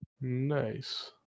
nice